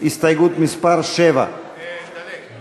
הסתייגות מס' 7. דלג.